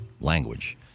language